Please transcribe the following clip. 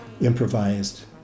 improvised